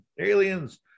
Aliens